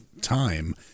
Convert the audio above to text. time